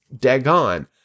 Dagon